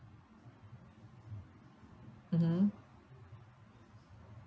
mmhmm